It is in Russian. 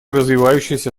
развивающаяся